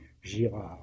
Girard